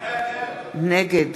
נגד